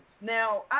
Now